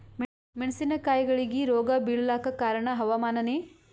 ಮೆಣಸಿನ ಕಾಯಿಗಳಿಗಿ ರೋಗ ಬಿಳಲಾಕ ಕಾರಣ ಹವಾಮಾನನೇ?